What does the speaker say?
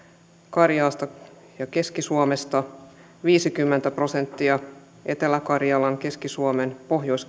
karjalasta ja keski suomesta viisikymmentä prosenttia etelä karjalasta keski suomesta ja pohjois